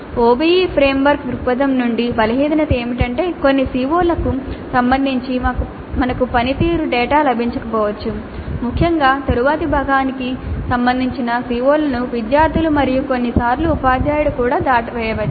OBE framework దృక్పథం నుండి బలహీనత ఏమిటంటే కొన్ని CO లకు సంబంధించి మాకు పనితీరు డేటా లభించకపోవచ్చు ముఖ్యంగా తరువాతి భాగానికి సంబంధించిన CO లను విద్యార్థులు మరియు కొన్నిసార్లు ఉపాధ్యాయుడు కూడా దాటవేయవచ్చు